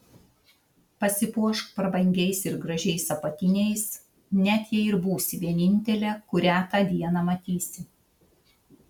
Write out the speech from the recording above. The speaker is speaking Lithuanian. pasipuošk prabangiais ir gražiais apatiniais net jei ir būsi vienintelė kurią tą dieną matysi